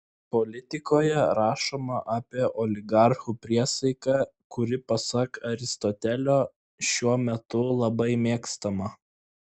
politikoje rašoma apie oligarchų priesaiką kuri pasak aristotelio šiuo metu labai mėgstama